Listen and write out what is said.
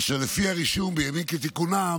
אשר לפי הרישום, בימים כתיקונם,